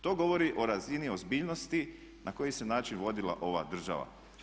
To govori o razini ozbiljnosti na koji se način vodila ova država.